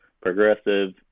progressive